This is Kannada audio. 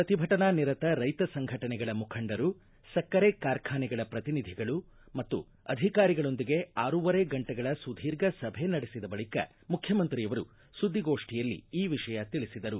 ಪ್ರತಿಭಟನಾ ನಿರತ ರೈತ ಸಂಘಟನೆಗಳ ಮುಖಂಡರು ಸಕ್ಕರೆ ಕಾರ್ಖಾನೆಗಳ ಪ್ರತಿನಿಧಿಗಳು ಮತ್ತು ಅಧಿಕಾರಿಗಳೊಂದಿಗೆ ಆರೂವರೆ ಗಂಟೆಗಳ ಸುದೀರ್ಘ ಸಭೆ ನಡೆಸಿದ ಬಳಿಕ ಮುಖ್ಯಮಂತ್ರಿಯವರು ಸುದ್ದಿಗೋಷ್ಠಿಯಲ್ಲಿ ಈ ವಿಷಯ ತಿಳಿಸಿದರು